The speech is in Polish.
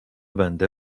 będę